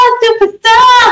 superstar